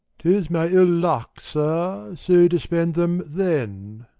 tis my ill luck sir, so to spend them then.